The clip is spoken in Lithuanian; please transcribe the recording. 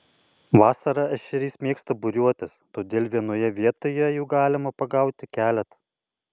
vasarą ešerys mėgsta būriuotis todėl vienoje vietoje jų galima pagauti keletą